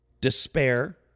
despair